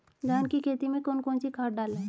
धान की खेती में कौन कौन सी खाद डालें?